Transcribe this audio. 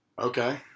Okay